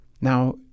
Now